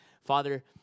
Father